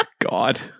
God